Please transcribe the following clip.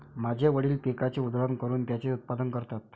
माझे वडील पिकाची उधळण करून त्याचे उत्पादन करतात